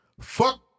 Fuck